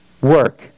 work